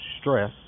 stress